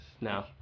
No